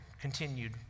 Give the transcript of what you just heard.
continued